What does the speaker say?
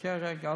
חכה רגע,